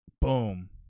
Boom